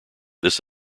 this